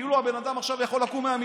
כאילו הבן אדם יכול עכשיו לקום מהמיטה.